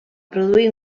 produir